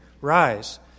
rise